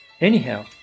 Anyhow